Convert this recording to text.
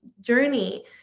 journey